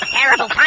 terrible